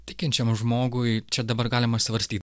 tikinčiam žmogui čia dabar galima svarstyt